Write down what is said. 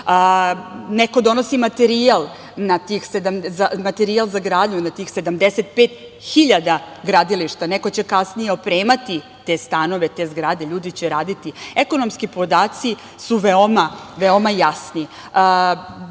Neko donosi materijal za gradnju na tih 75.000 gradilišta, neko će kasnije opremati te stanove, te zgrade, ljudi će raditi. Ekonomski podaci su veoma jasni. Danas